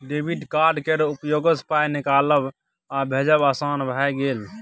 debit card केर उपयोगसँ पाय निकालब आ भेजब आसान भए गेल